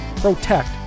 protect